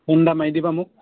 phone এটা মাৰি দিবা মোক